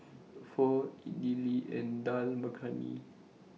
Pho Idili and Dal Makhani